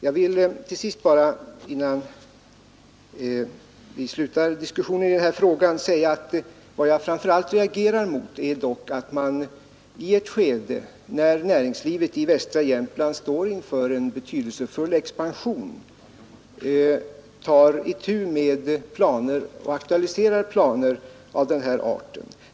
Jag vill, innan vi slutar diskussionen i den här frågan, bara säga att vad jag framför allt reagerar mot är att man i ett skede, då näringslivet i västra Jämtland står inför en betydelsefull expansion, aktualiserar planer av den här arten.